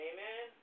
Amen